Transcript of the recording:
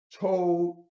told